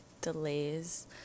delays